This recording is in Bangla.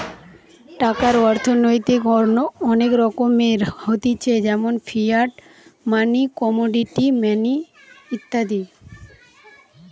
টাকার অর্থনৈতিক অনেক রকমের হতিছে যেমন ফিয়াট মানি, কমোডিটি মানি ইত্যাদি